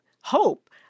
hope